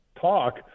talk